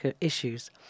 issues